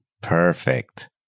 Perfect